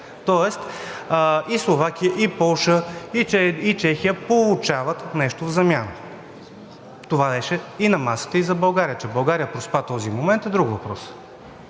Тоест и Словакия, и Полша, и Чехия получават нещо в замяна. Това беше на масата и за България. А че България проспа този момент, е друг въпрос.